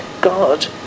God